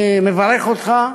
אני מברך אותך,